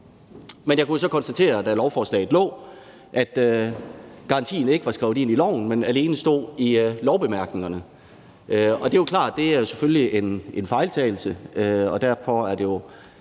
Men jeg kunne så konstatere, da lovforslaget lå der, at garantien ikke var skrevet ind i loven, men alene stod i lovbemærkningerne. Og det er jo klart, at det selvfølgelig er en fejltagelse, og derfor er det jo